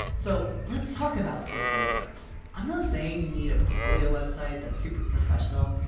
so let's talk about portfolios. i'm not saying you need a portfolio website that's super professional.